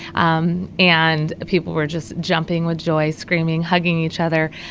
um and people were just jumping with joy, screaming, hugging each other.